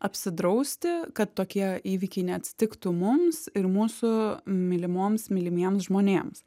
apsidrausti kad tokie įvykiai neatsitiktų mums ir mūsų mylimoms mylimiems žmonėms